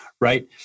right